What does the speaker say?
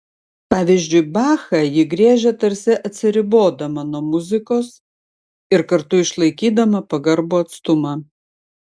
pavyzdžiui bachą ji griežia tarsi atsiribodama nuo muzikos ir kartu išlaikydama pagarbų atstumą